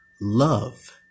love